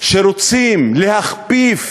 שרוצים להכפיף